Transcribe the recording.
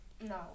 No